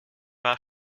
war